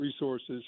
resources